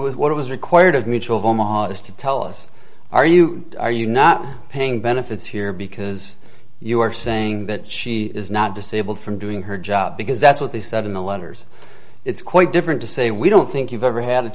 was what was required of mutual modest to tell us are you are you not paying benefits here because you are saying that she is not disabled from doing her job because that's what they said in the letters it's quite different to say we don't think you've ever had